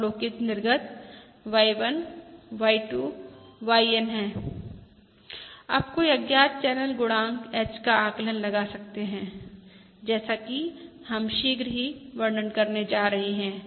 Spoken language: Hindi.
अवलोकित निर्गत Y1 Y2 YN है अब कोई अज्ञात चैनल गुणांक H का आकलन लगा सकता हैं जैसा कि हम शीघ्र ही वर्णन करने जा रहे हैं